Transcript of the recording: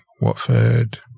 Watford